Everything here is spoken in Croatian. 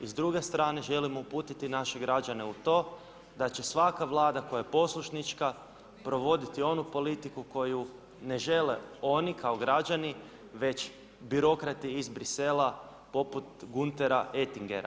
I s druge strane želim uputiti naše građane u to, da će svaka Vlada koja je poslušnička provoditi onu politiku koju ne žele oni kao građani, već birokrati iz Bruxelles poput Guntera Etingera.